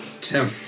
Tim